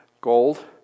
gold